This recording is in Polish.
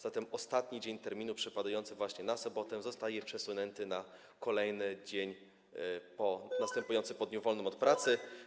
Zatem ostatni dzień terminu przypadający na sobotę zostaje przesunięty na kolejny dzień, następujący po dniu wolnym od pracy.